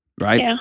Right